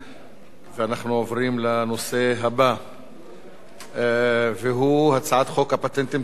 אנחנו עוברים לנושא הבא והוא הצעת חוק הפטנטים (תיקון מס' 10),